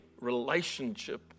relationship